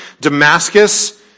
Damascus